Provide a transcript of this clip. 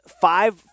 five